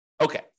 Okay